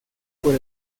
por